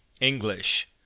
English